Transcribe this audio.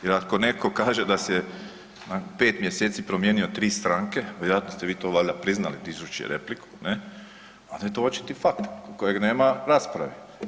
Jer ako netko kaže da se 5 mj. promijenio tri stranke, vjerovatno ste vi to valjda priznali dižući repliku, ne, onda je to očiti fakt kojeg nema rasprave.